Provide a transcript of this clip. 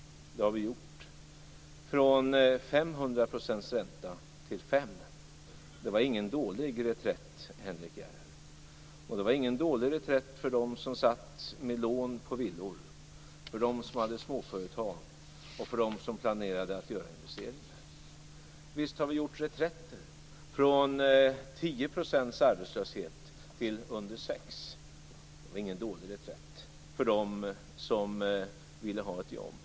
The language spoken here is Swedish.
Det har vi gjort. Från 500 % ränta till 5 %- det var ingen dålig reträtt, Henrik Järrel. Det var ingen dålig reträtt för dem med lån på villor, för dem som hade småföretag och för dem som planerade att göra investeringar. Visst har vi gjort reträtter, från 10 % arbetslöshet till under 6 %. Det var ingen dålig reträtt för dem som ville ha ett jobb.